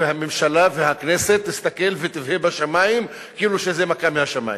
והממשלה והכנסת יסתכלו ויבהו בשמים כאילו שזה מכה מהשמים.